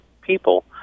people